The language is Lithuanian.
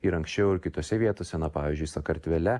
ir anksčiau ir kitose vietose na pavyzdžiui sakartvele